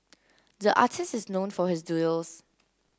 the artist is known for his doodles